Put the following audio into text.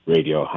Radio